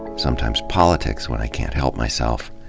sometimes politics when i can't help myself.